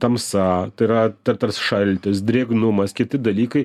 tamsa tai yra tas šaltis drėgnumas kiti dalykai